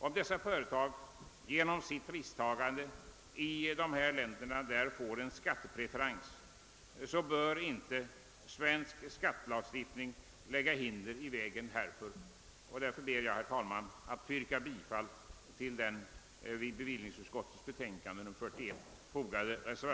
Om dessa företag genom sitt risktagande i dessa länder där får en skattepreferens, bör inte svensk skattelagstiftning lägga hinder i vägen härför. Därför ber jag, herr talman, att få yrka